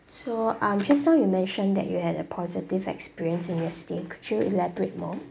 so um just now you mentioned that you had a positive experience in your stay could you elaborate more